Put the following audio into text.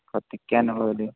കത്തിക്കാൻ ഉള്ളവർ